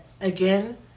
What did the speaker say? again